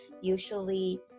Usually